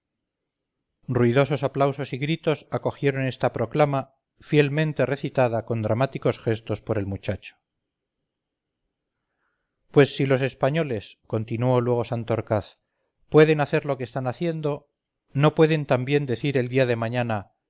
ruidosos aplausos y gritos acogieron esta proclama fielmente recitada con dramáticos gestos por el muchacho pues si los españoles continuó luego santorcaz pueden hacer lo que están haciendo no pueden también decir el día de mañana